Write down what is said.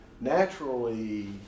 naturally